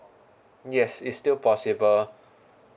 yes it's still possible